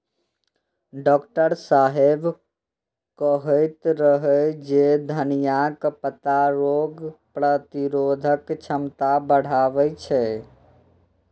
doctor साहेब कहैत रहै जे धनियाक पत्ता रोग प्रतिरोधक क्षमता बढ़बै छै